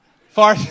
far